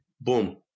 Boom